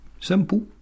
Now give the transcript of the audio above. Simple